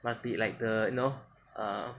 must be like the you know err